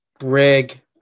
Rig